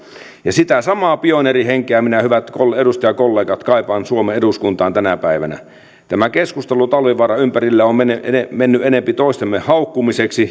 sitä samaa pioneerihenkeä minä hyvät edustajakollegat kaipaan suomen eduskuntaan tänä päivänä tämä keskustelu talvivaaran ympärillä on mennyt enempi toistemme haukkumiseksi